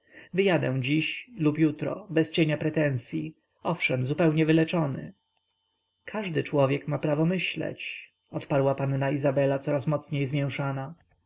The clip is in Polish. wyjadę dziś lub jutro bez cienia pretensyi owszem zupełnie wyleczony każdy człowiek ma prawo myśleć odparła panna izabela coraz mocniej zmięszana